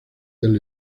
del